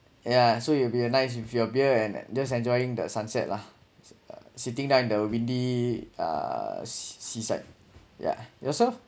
yeah so it will be a nice with your beer and just enjoying the sunset lah sitting down the windy uh seaside yeah yourself